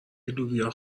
لوبیا